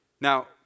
Now